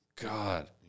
God